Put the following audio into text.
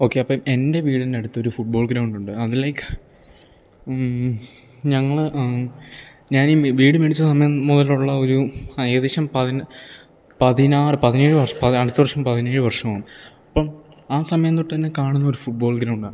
okay അപ്പം എൻ്റെ വീടിനടുത്ത് ഒരു ഫുട്ബോൾ ഗ്രൗണ്ടുണ്ട് അതിലേക്ക് ഞങ്ങൾ ഞാൻ ഈ വീട് മേടിച്ച സമയം മുതലുള്ള ഒരു ഏകദേശം പതിനാറ് പതിനേഴ് വർഷം അപ്പം അത് അടുത്ത വർഷം പതിനേഴ് വർഷമാവും അപ്പം ആ സമയം തൊട്ടുതന്നെ കാണുന്ന ഒരു ഫുട്ബോൾ ഗ്രൗണ്ട് ആണ്